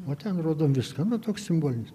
o ten rodom viską nu toks simbolinis